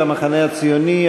המחנה הציוני,